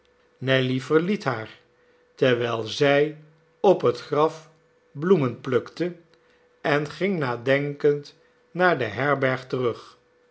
nelly verliet haar terwijl zij op het graf bloemen plukte en ging nadenkend naar de herberg terug